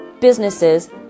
businesses